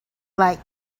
like